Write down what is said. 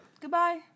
Goodbye